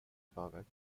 fahrwerk